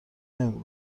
نمی